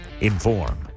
inform